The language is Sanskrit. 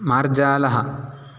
मार्जालः